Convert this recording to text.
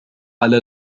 على